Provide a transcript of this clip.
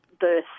birth